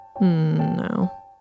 No